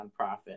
nonprofit